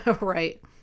Right